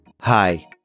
Hi